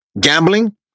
Gambling